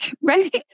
Right